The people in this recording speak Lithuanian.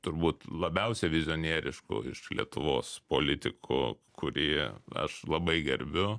turbūt labiausia vizionierišku iš lietuvos politikų kurie aš labai gerbiu